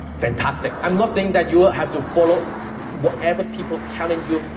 fantastic. i'm not saying that you have to follow whatever people telling you,